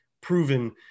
proven